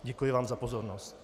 Děkuji vám za pozornost.